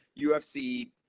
UFC